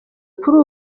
kuri